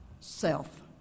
self